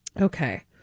Okay